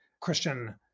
Christian